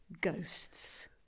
ghosts